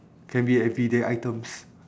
can be everyday items